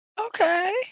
Okay